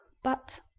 but,